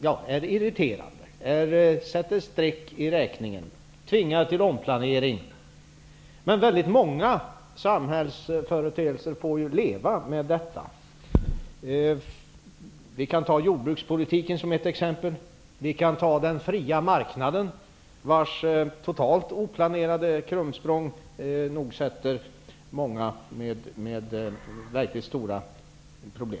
blir ett streck i räkningen och tvingar till omplanering. Men på många områden i samhället får man leva med detta. Det får man t.ex. göra när det gäller jordbrukspolitiken. Den fria marknaden, vars totalt oplanerade krumsprång nog försätter många i verkligt stora problem, är ett annat exempel.